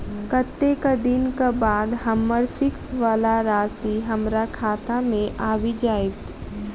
कत्तेक दिनक बाद हम्मर फिक्स वला राशि हमरा खाता मे आबि जैत?